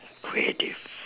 creative